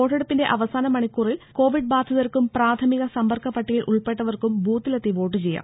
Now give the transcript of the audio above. വോട്ടെടുപ്പിന്റെ അവസാന മണിക്കൂറിൽ കോവിഡ് ബാധിതർക്കും പ്രാഥമിക സമ്പർക്ക പട്ടികയിൽ ഉൾപ്പെട്ടവർക്കും ബൂത്തിലെത്തി വോട്ട് ചെയ്യാം